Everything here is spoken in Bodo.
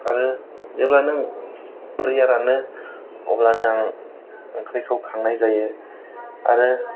आरो जेब्ला नों दैया रानो अब्लानो आं ओंख्रिखौ खांनाय जायो आरो